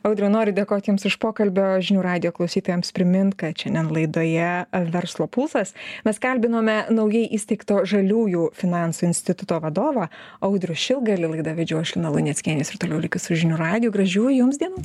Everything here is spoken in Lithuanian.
audriau noriu dėkot jums už pokalbį o žinių radijo klausytojams primint kad šiandien laidoje verslo pulsas mes kalbinome naujai įsteigto žaliųjų finansų instituto vadovą audrių šilgalį laidą vedžiau aš lina luneckienė ir toliau likit su žinių radiju gražių jums dienų